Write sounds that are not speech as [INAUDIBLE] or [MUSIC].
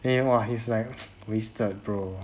then !wah! he's like [NOISE] wasted bro